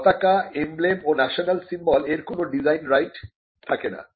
পতাকা এমব্লেম ও national symbol এর কোন ডিজাইন রাইট থাকে না